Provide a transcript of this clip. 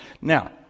Now